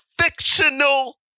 fictional